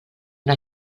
una